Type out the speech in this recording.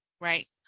Right